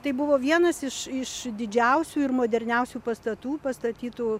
tai buvo vienas iš iš didžiausių ir moderniausių pastatų pastatytų